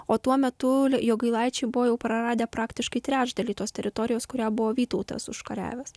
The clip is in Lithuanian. o tuo metu jogailaičiai buvo jau praradę praktiškai trečdalį tos teritorijos kurią buvo vytautas užkariavęs